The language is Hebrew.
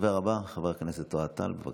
הדובר הבא, חבר הכנסת אוהד טל, בבקשה.